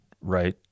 right